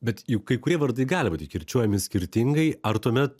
bet juk kai kurie vardai gali būti kirčiuojami skirtingai ar tuomet